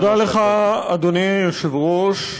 תודה לך, אדוני היושב-ראש.